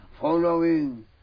following